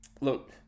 look